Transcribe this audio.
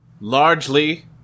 largely